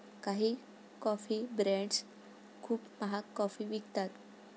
काही coffee brands खूप महाग कॉफी विकतात